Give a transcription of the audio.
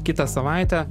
kitą savaitę